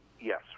Yes